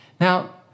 Now